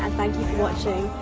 thank you for watching.